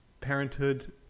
Parenthood